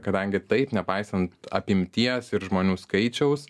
kadangi taip nepaisant apimties ir žmonių skaičiaus